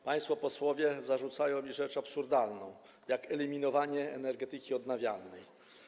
Państwo posłowie zarzucają mi rzecz absurdalną, mianowicie eliminowanie energetyki odnawialnej.